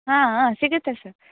ಹಾಂ ಹಾಂ ಸಿಗುತ್ತೆ ಸರ್